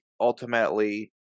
ultimately